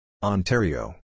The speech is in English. Ontario